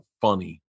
funny